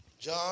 John